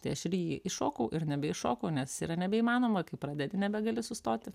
tai aš ir į jį įšokau ir nebeiššokau nes yra nebeįmanoma kai pradedi nebegali sustoti